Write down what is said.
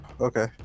okay